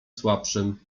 słabszym